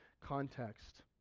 context